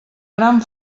gran